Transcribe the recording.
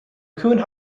mccune